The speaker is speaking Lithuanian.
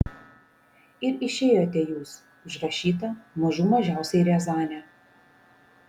ir išėjote jūs užrašyta mažų mažiausiai riazanė